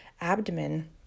abdomen